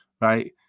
Right